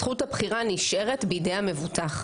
זכות הבחירה נשארת בידי המבוטח.